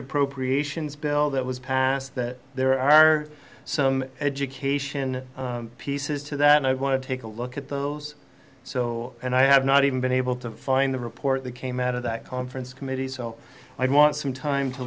appropriations bill that was passed that there are some education pieces to that and i want to take a look at those so and i have not even been able to find the report that came out of that conference committee so i want some time to